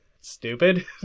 stupid